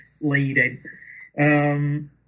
leading